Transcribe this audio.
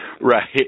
Right